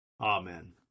Amen